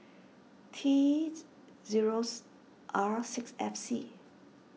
T Z zeros R six F C